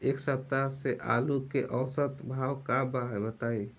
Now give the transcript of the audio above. एक सप्ताह से आलू के औसत भाव का बा बताई?